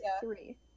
three